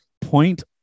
point